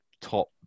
top